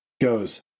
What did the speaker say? goes